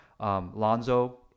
Lonzo